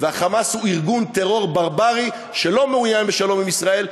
וה"חמאס" הוא ארגון טרור ברברי שלא מעוניין בשלום עם ישראל,